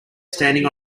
standing